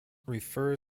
refer